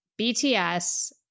BTS